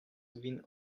vin